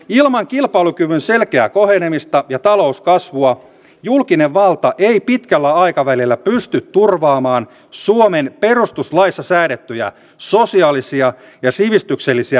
ilman kilpailukyvyn selkeää kohenemista ja talouskasvua julkinen valta ei pitkällä aikavälillä pysty turvaamaan suomen perustuslaissa säädettyjä sosiaalisia ja sivistyksellisiä perusoikeuksia